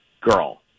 Girl